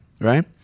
right